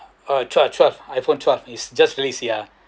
uh twelve twelve I_phone twelve is just released yeah